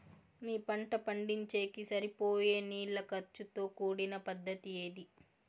మీ పంట పండించేకి సరిపోయే నీళ్ల ఖర్చు తో కూడిన పద్ధతి ఏది?